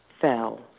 fell